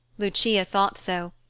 lucia thought so,